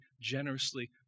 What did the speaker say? generously